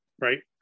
right